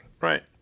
Right